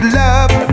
love